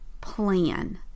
Plan